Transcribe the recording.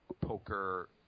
poker